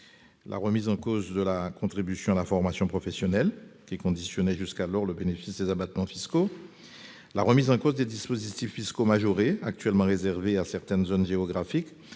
la remise en cause de la contribution à la formation professionnelle, qui conditionnait jusqu'alors le bénéfice des abattements fiscaux ; celle des dispositifs fiscaux majorés actuellement réservés à certaines zones géographiques,